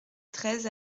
treize